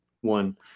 one